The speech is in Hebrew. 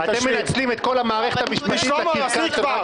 אתם מנצלים את כל המערכת המשפטית לקרקס.